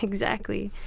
exactly.